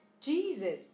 Jesus